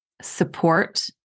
support